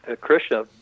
Krishna